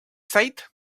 said